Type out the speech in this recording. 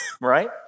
right